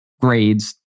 grades